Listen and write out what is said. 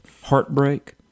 heartbreak